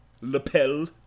lapel